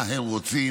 מה הם רוצים,